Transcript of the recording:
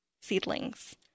seedlings